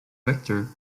vector